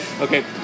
Okay